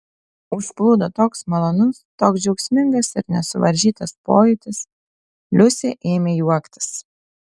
užplūdo toks malonus toks džiaugsmingas ir nesuvaržytas pojūtis liusė ėmė juoktis